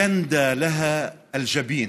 ינדא להא אל-ג'בין.